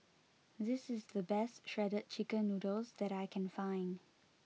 this is the best Shredded Chicken Noodles that I can find